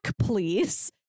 Please